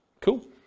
Cool